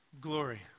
glory